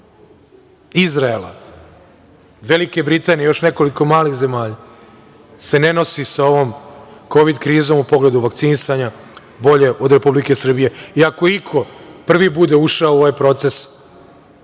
Izraela, Velike Britanije, još nekoliko malih zemalja, se ne nosi sa ovom kovid krizom u pogledu vakcinisanja bolje od Republike Srbije i ako iko prvi bude ušao u ovaj proces